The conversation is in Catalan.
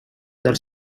dels